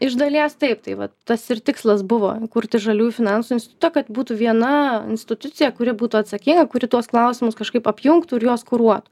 iš dalies taip tai vat tas ir tikslas buvo kurti žaliųjų finansų institutą kad būtų viena institucija kuri būtų atsakinga kuri tuos klausimus kažkaip apjungtų ir juos kuruotų